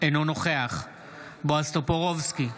אינו נוכח בועז טופורובסקי,